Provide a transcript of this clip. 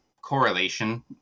correlation